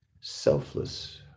selfless